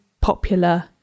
popular